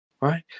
Right